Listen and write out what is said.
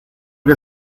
que